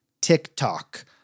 TikTok